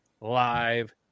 live